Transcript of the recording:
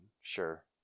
Sure